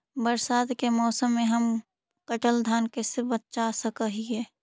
बरसात के मौसम में हम कटल धान कैसे बचा सक हिय?